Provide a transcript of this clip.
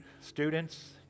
students